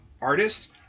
artist